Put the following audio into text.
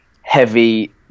heavy